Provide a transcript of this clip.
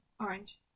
Orange